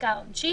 ובחקיקה העונשית.